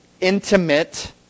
intimate